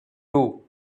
too